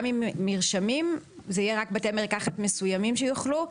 גם עם מרשמים רק בתי מרקחת מסוימים יוכלו לנפק,